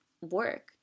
work